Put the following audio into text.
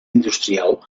industrial